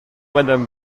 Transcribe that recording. madame